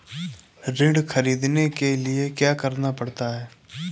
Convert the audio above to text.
ऋण ख़रीदने के लिए क्या करना पड़ता है?